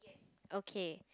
okay